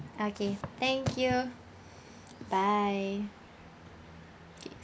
okay thank you bye okay